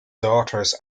daughters